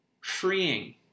freeing